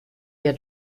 der